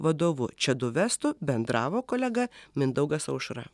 vadovu čadu vestu bendravo kolega mindaugas aušra